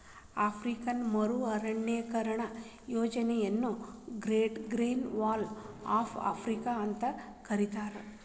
African ಮರು ಅರಣ್ಯೇಕರಣ ಯೋಜನೆಯನ್ನ great green wall of Africa ಅಂತ ಕರೇತಾರ